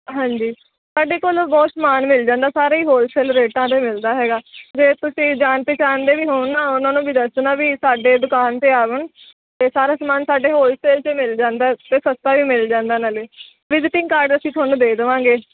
ਹਾਂਜੀ ਸਾਡੇ ਕੋਲੋਂ ਬਹੁਤ ਸਮਾਨ ਮਿਲ ਜਾਂਦਾ ਸਾਰਾ ਹੀ ਹੋਲਸੇਲ ਰੇਟਾਂ 'ਤੇ ਮਿਲਦਾ ਹੈਗਾ ਜੇ ਤੁਸੀਂ ਜਾਣ ਪਹਿਚਾਣ ਦੇ ਵੀ ਹੋਣ ਨਾ ਉਹਨਾਂ ਨੂੰ ਵੀ ਦੱਸਣਾ ਵੀ ਸਾਡੇ ਦੁਕਾਨ 'ਤੇ ਆਉਣ 'ਤੇ ਸਾਰਾ ਸਮਾਨ ਸਾਡੇ ਹੋਲਸੇਲ 'ਚ ਮਿਲ ਜਾਂਦਾ ਅਤੇ ਸਸਤਾ ਵੀ ਮਿਲ ਜਾਂਦਾ ਨਾਲੇ ਵਿਜੀਟਿੰਗ ਕਾਰਡ ਅਸੀਂ ਤੁਹਾਨੂੰ ਦੇ ਦੇਵਾਂਗੇ